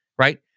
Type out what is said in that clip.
right